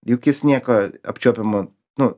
juk jis nieko apčiuopiamo nu